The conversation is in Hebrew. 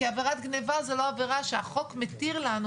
כי עבירת גניבה היא לא עבירה שהחוק מתיר לנו